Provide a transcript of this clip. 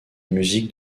musiques